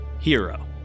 hero